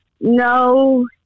No